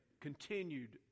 continued